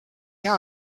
hea